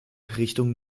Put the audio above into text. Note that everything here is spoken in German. richtung